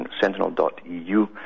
sentinel.eu